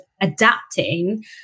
adapting